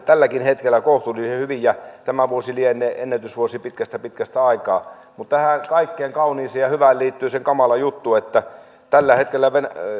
tälläkin hetkellä kohtuullisen hyvin ja tämä vuosi lienee ennätysvuosi pitkästä pitkästä aikaa mutta tähän kaikkeen kauniiseen ja hyvään liittyy se kamala juttu että tällä hetkellä